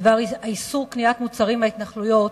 בדבר איסור קניית מוצרים מההתנחלויות,